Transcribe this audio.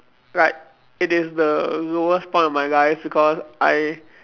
right it is the lowest point of my life because I